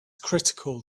critical